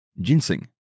Ginseng